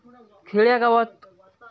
खेड्या गावात